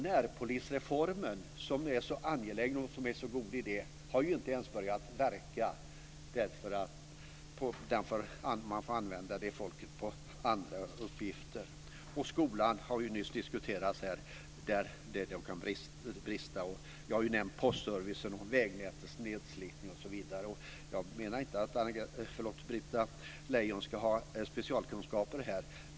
Närpolisreformen, som är en så angelägen och god idé, har inte ens börjat verka, eftersom man får använda de människorna för andra uppgifter. Skolan har nyss diskuterats här, och där finns brister. Jag har nämnt postservice och vägnätets nedslitning, osv. Jag menar inte att Britta Lejon ska ha specialkunskaper.